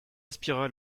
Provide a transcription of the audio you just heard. aspira